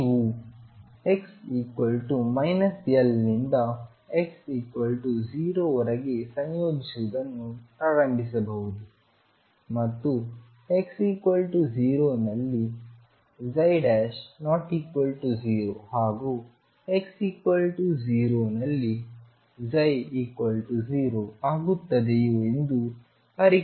ನೀವು x −L ನಿಂದ x 0 ವರೆಗೆ ಸಂಯೋಜಿಸುವುದನ್ನು ಪ್ರಾರಂಭಿಸಬಹುದು ಮತ್ತು x0 ನಲ್ಲಿ ψ≠0 ಹಾಗೂ x0 ನಲ್ಲಿ ψ0 ಆಗುತ್ತದೆಯೋ ಎಂದು ಪರೀಕ್ಷಿಸಬೇಕು